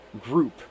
group